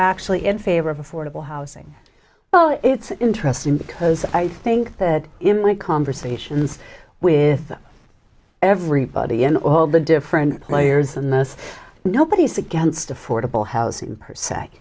actually in favor of affordable housing well it's interesting because i think that in my conversations with everybody in all the different players in this nobody's against affordable housing per se